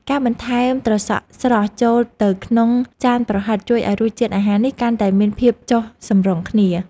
ការបន្ថែមត្រសក់ស្រស់ចូលទៅក្នុងចានប្រហិតជួយឱ្យរសជាតិអាហារនេះកាន់តែមានភាពចុះសម្រុងគ្នា។